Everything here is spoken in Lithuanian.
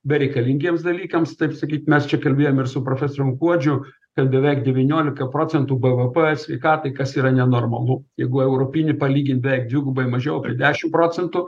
bereikalingiems dalykams taip sakyt mes čia kalbėjom ir su profesorium kuodžiu kad beveik devyniolika procentų bvp sveikatai kas yra nenormalu jeigu europinį palygint bent dvigubai mažiau dešimt procentų